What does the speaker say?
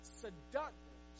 seductive